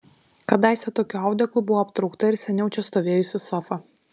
kadaise tokiu audeklu buvo aptraukta ir seniau čia stovėjusi sofa